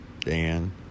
Dan